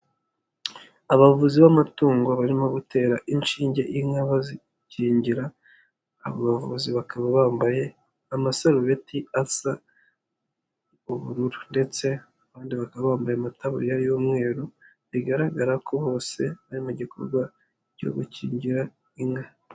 Abavuzi b'amatungo barimo gutera inshinge inka bazikingira, abo bavuzi bakaba bambaye amasarubeti asa ubururu ndetse abandi bakaba bambaye amataburiya y'umweru bigaragara ko bose bari mu gikorwa cyo gukingira inka.